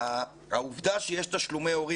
תשלומי הורים